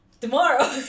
tomorrow